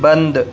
بند